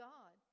God